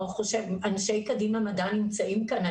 אנשי קדימה מדע נמצאים כאן.